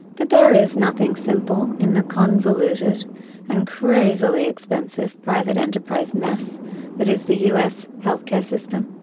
but there is nothing simple in the convoluted and crazily expensive private enterprise mess that is the us health care system.